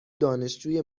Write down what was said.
دانشجوی